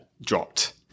dropped